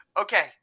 Okay